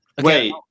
Wait